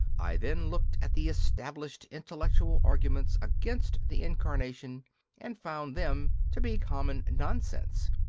i then looked at the established intellectual arguments against the incarnation and found them to be common nonsense.